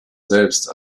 selbst